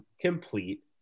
complete